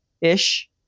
ish